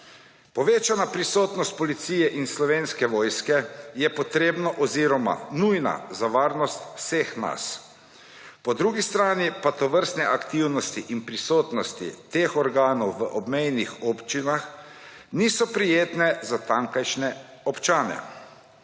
Povečana prisotnost policije in Slovenske vojske je potrebna oziroma nujna za varnost vseh nas. Po drugi strani pa tovrstne aktivnosti in prisotnosti teh organov v obmejnih občinah niso prijetne za tamkajšnje občane.